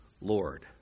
Lord